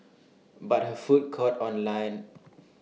but her food caught on lines